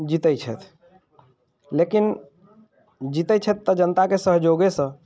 जीतैत छथि लेकिन जीतैत छथि तऽ जनताके सहयोगेसँ